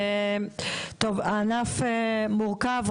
הענף מורכב,